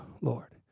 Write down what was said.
Lord